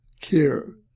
care